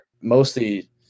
mostly